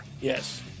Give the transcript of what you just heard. Yes